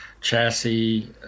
chassis